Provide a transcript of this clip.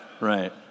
Right